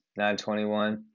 9.21